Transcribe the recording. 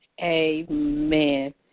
Amen